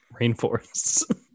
rainforests